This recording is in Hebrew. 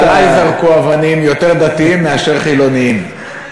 ועלי זרקו אבנים יותר דתיים מאשר חילונים.